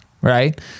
Right